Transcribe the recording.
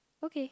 okay